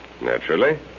Naturally